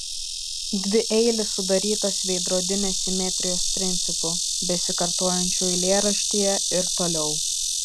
dvieilis sudarytas veidrodinės simetrijos principu besikartojančiu eilėraštyje ir toliau